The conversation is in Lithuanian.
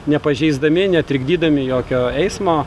nepažeisdami netrikdydami jokio eismo